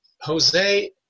Jose